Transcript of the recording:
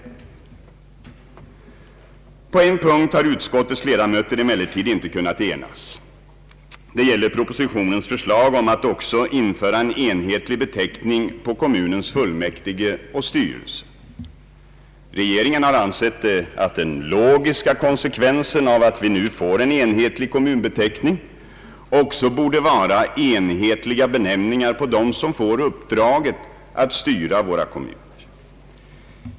På en punkt har utskottets ledamö ter emellertid inte kunnat enas, nämligen då det gäller propositionens förslag om att också införa en enhetlig beteckning på kommunens fullmäktige och styrelse. Regeringen har ansett att den logiska konsekvensen av att vi nu får en enhetlig kommunbeteckning också borde vara enhetliga benämningar på dem som får uppdraget att styra våra kommuner.